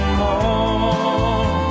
more